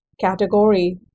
category